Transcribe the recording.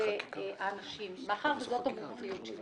מאחר וזו המומחיות שלי.